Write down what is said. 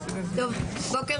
בוקר